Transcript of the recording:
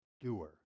doer